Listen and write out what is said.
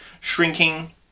shrinking